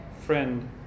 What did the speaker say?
friend